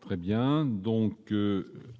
Très bien donc